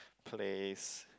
place